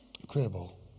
Incredible